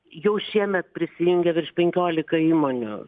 jau šiemet prisijungė virš penkiolika įmonių